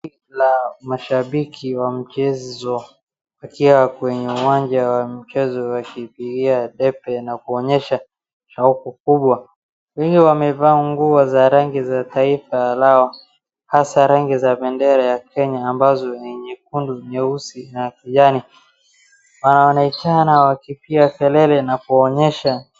Kundi la mashabiki wa michezo wakiwa kwenye uwanja wa mchezo wakipigia debe na kuonyesha shauku kubwa. Wengi wamevaa nguo za rangi ya taifa lao. Hasa rangi za bendera ya Kenya ambazo ni nyekundu, nyeusi, na kijani. Wanaitana wakipiga na kuonyesha